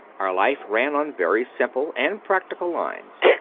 our life ran on very simple and practical lines.